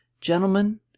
gentlemen